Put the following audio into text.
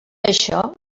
això